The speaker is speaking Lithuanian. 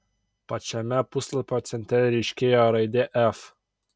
pačiame puslapio centre ryškėjo raidė f